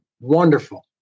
Wonderful